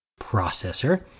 processor